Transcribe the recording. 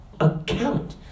account